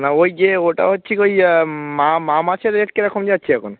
না ওই যে ওটা হচ্ছে ওই আ মা মা মাছের রেট কি রকম যাচ্ছে এখন